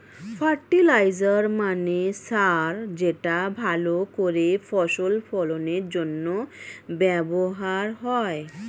fertiliser মানে সার যেটা ভালো করে ফসল ফলনের জন্য ব্যবহার হয়